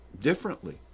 differently